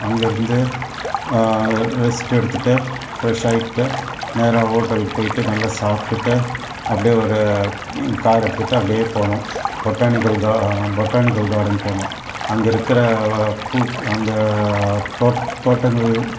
அங்கே இருந்து ரெஸ்ட் எடுத்துட்டு ஃப்ரெஷ் ஆகிட்டு நேராக ஹோட்டலுக்கு போய்ட்டு நல்லா சாப்பிட்டுட்டு அப்டியே ஒரு கார் எடுத்துட்டு அப்படியே போனோம் பொட்டானிக்கல் பொட்டானிக்கல் கார்டன் போனோம் அங்கே இருக்கிற பூ அந்த தோட்ட தோட்டங்கள்